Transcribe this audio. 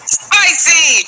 spicy